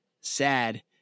sad